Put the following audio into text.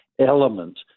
element